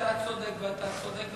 אתה צודק ואתה צודק,